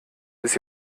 bis